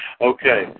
okay